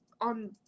on